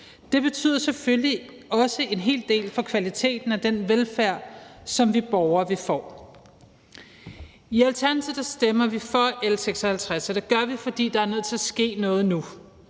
Det betyder selvfølgelig også en hel del for kvaliteten af den velfærd, som vi borgere får. I Alternativet stemmer vi for L 56, og det gør vi, fordi der er nødt til at ske noget nu.